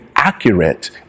Accurate